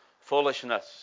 foolishness